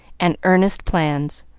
and earnest plans,